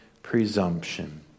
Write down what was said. Presumption